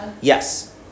Yes